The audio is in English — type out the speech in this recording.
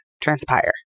transpire